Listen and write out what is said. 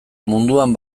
munduan